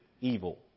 evil